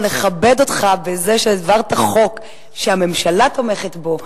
לכבד אותך בזה שהעברת חוק שהממשלה תומכת בו.